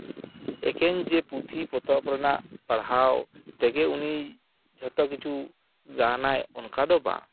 ᱮᱠᱮᱱ ᱡᱮ ᱯᱩᱛᱷᱤ ᱯᱚᱛᱚᱵ ᱨᱮᱱᱟᱜ ᱯᱟᱲᱦᱟᱣ ᱛᱮᱜᱮ ᱩᱱᱤ ᱡᱷᱚᱛᱚ ᱠᱤᱪᱷᱩ ᱜᱟᱱ ᱟᱭ ᱚᱱᱠᱟ ᱫᱚ ᱵᱟᱝ